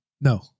No